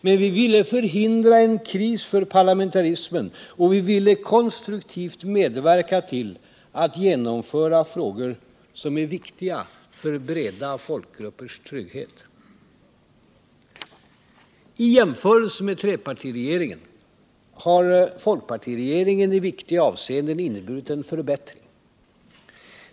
Men vi ville förhindra en kris för parlamentarismen, och vi ville konstruktivt medverka till att genomföra frågor som är viktiga för breda folkgruppers trygghet. I jämförelse med trepartiregeringen har folkpartiregeringen i viktiga avseenden inneburit en förbättring.